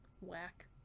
Whack